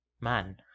man